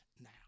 now